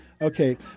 Okay